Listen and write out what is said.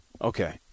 okay